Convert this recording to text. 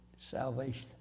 salvation